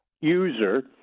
user